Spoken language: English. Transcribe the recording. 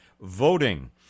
voting